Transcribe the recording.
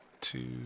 two